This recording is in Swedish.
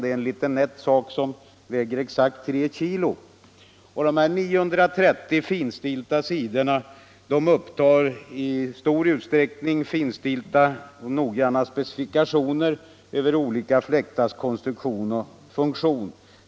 Det är en nätt liten sak som väger exakt 3 kilo. De 930 finstilta sidorna upptar oftast synnerligen noggranna specifikationer över olika fläktars konstruktion och funktion.